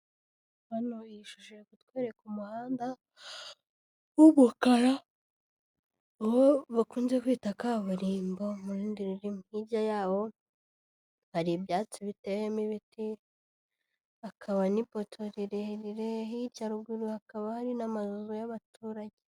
Hano iyi shusho iri kutwereka umuhanda w'umukara, uwo bakunze kwita kaburimbo mu rundi rurimi. Hirya yawo, hari ibyatsi biteyemo ibiti, hakaba n'ipoto rirerire, hirya ruguru hakaba hari n'amazu y'abaturage.